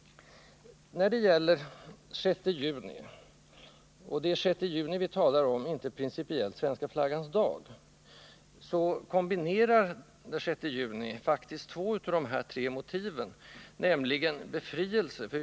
När det gäller den 6 juni — det är den 6 juni jag här talar om, inte begreppet Svenska flaggans dag — så förenas i den 6 juni faktiskt två av de nämnda tre motiven, nämligen nationell befrielse och antagande av författning.